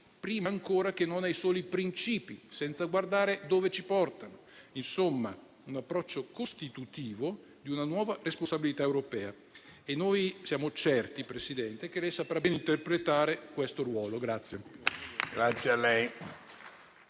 prima ancora che ai soli principi, senza guardare dove questi ci portano. Insomma, è necessario un approccio costitutivo di una nuova responsabilità europea. E noi siamo certi, presidente Meloni, che lei saprà bene interpretare questo ruolo.